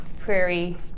Prairie